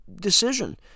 decision